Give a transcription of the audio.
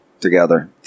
together